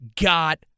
got